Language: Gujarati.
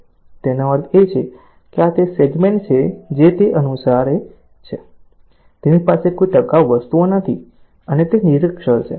તેનો અર્થ એ છે કે આ તે સેગમેન્ટ છે જે તે અનુસરે છે તેની પાસે કોઈ ટકાઉ વસ્તુઓ નથી અને તે નિરક્ષર છે